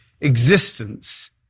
existence